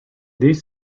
these